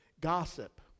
Gossip